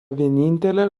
vienintelė